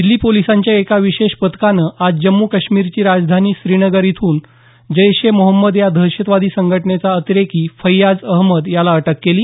दिल्ली पोलिसांच्या एका विषेश पथकांनं आज जम्म् काश्मीरची राजधानी श्रीनगर मधून जैश ए मोहम्मद या दहशतवादी संघटनेचा अतिरेकी फैयाज अहमद याला अटक केली